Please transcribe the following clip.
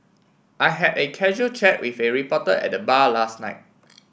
I had a casual chat with a reporter at bar last night